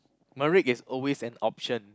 is always an option